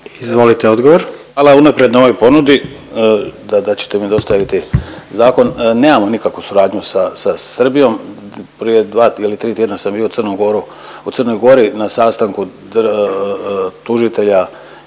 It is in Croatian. Ivan** Hvala unaprijed na ovoj ponudi da ćete mi dostaviti zakon. Nemamo nikakvu suradnju sa, sa Srbijom. Prije dva ili tri tjedna sam bio u Crnu Goru, u Crnoj Gori na sastanku tužitelja